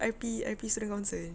R_P R_P student council